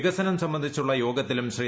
വികസനം സംബന്ധിച്ചുള്ള യോഗത്തിലും ശ്രീ